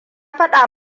faɗa